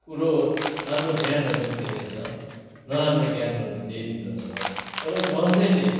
कुरो राम्रो ज्ञानहरू पनि दिँदैछ नराम्रो ज्ञानहरू पनि त्यहीभित्र छ तर गर्नेले